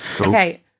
Okay